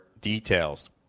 details